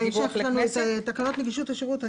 בהמשך יש לנו תקנות נגישות השירות.